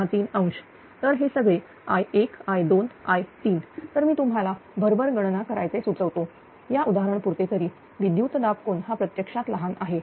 63° तर हे सगळे I1 I2 I3 तर मी तुम्हाला भरभर गणना करायचे सुचवतो या उदाहरण पुरते तरी विद्युत दाब कोन हा प्रत्यक्षात लहान आहे